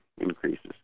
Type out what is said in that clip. increases